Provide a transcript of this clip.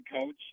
coach